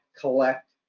collect